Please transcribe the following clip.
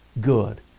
good